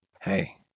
Hey